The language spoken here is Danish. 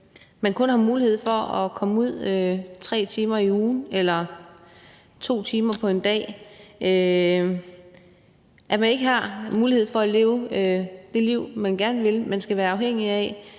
man kun har mulighed for at komme ud 3 timer om ugen eller 2 timer på en dag, at man ikke har mulighed for at leve det liv, man gerne vil, men at man skal være afhængig af,